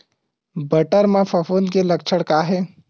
बटर म फफूंद के लक्षण का हे?